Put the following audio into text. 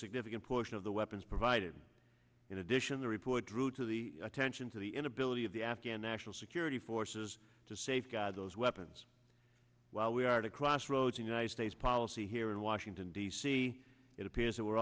significant portion of the weapons provided in addition the report drew to the attention to the inability of the afghan national security forces to safeguard those weapons while we are at a crossroads in united states policy here in washington d c it appears that we're